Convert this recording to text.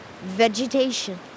Vegetation